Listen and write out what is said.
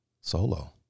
solo